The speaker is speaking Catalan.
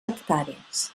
hectàrees